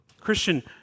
Christian